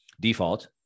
default